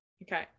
Okay